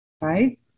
right